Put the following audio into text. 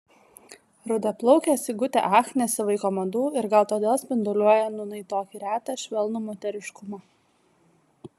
rudaplaukė sigutė ach nesivaiko madų ir gal todėl spinduliuoja nūnai tokį retą švelnų moteriškumą